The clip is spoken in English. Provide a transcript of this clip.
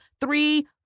three